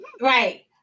Right